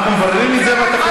אנחנו מבררים את זה בתקנון.